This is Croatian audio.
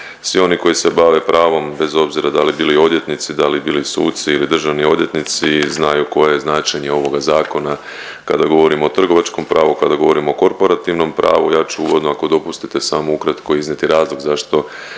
Svi oni koji se bave pravom bez obzira da li bili odvjetnici, da li bili suci ili državni odvjetnici znaju koje je značenje ovog zakona kada govorimo o trgovačkom pravu, kada govorimo o korporativnom pravu. Ja ću uvodno ako dopustite samo ukratko iznijeti razlog zašto